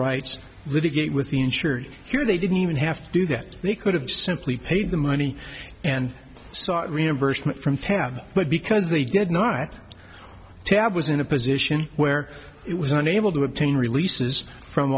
rights litigate with the insured here they didn't even have to do that they could have simply paid the money and sought reimbursement from tab but because they did not tab was in a position where it was unable to obtain releases from